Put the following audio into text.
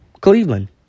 Cleveland